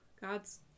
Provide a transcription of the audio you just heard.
God's